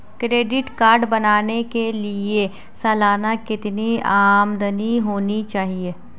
Credit card बनाने के लिए सालाना कितनी आमदनी होनी चाहिए?